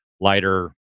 lighter